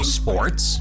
sports